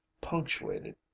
punctuated